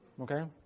Okay